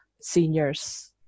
seniors